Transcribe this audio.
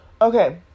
okay